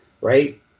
right